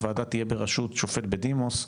הוועדה תהיה ברשות שופט בדימוס,